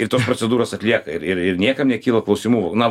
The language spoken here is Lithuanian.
ir tos procedūros atlieka ir ir ir niekam nekyla klausimų na